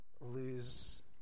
lose